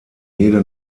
jede